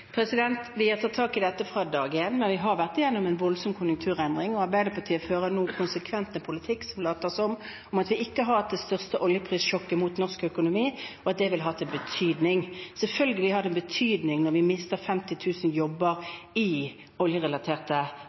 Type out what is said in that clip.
Vi har tatt tak i dette fra dag én, men vi har vært igjennom en voldsom konjunkturendring, og Arbeiderpartiet fører nå konsekvent en politikk hvor man later som om vi ikke har hatt det største oljeprissjokket i norsk økonomi, og at det har hatt en betydning. Selvfølgelig har det betydning når vi mister 50 000 jobber i oljerelaterte